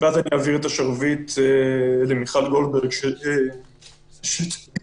ואז אני אעביר את השרביט למיכל גולדברג, שתיתן